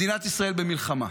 מדינת ישראל במלחמה.